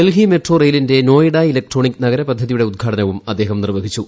Delhi metro റെയിലിന്റെ Noida electronic നഗര പദ്ധതിയുടെ ഉദ്ഘാടനവും അദ്ദേഹം നിർവഹിച്ചു